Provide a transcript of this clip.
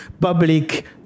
public